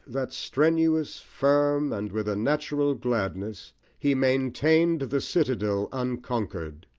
that strenuous, firm, and with a natural gladness, he maintained the citadel unconquered,